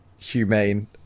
humane